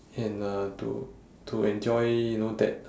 and uh to to enjoy you know that